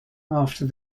after